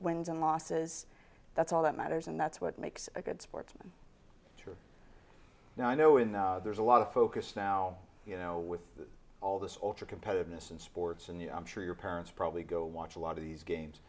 wins and losses that's all that matters and that's what makes a good sport now i know in the there's a lot of focus now you know with all this alter competitiveness in sports and you know i'm sure your parents probably go watch a lot of these games